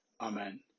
Amen